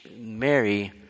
Mary